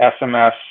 sms